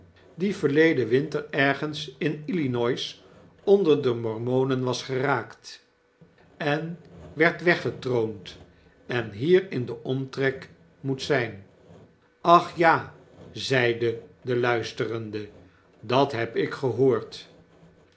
die verleden winter ergens in illinois onder de mormonen was geraakt en werdweggetroond en hier in den omtrek moet zp ach ja zeide de luisterende dat heb ik gehoord